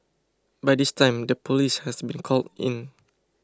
by this time the police has been called in